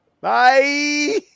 Bye